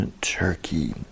Turkey